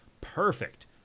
perfect